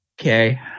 Okay